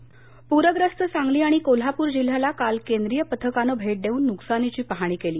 पूर पाहणी पूर्यस्त सांगली आणि कोल्हापूर जिल्ह्याला काल केंद्रीय पथकानं भेट देऊन नुकसानीची पाहणी केली